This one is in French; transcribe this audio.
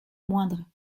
moindres